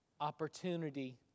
opportunity